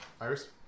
Iris